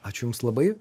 ačiū jums labai